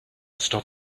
stop